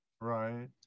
Right